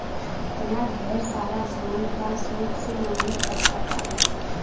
एतना ढेर सारा धान त सूप से नाहीं फटका पाई